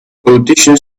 politician